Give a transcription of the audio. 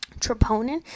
Troponin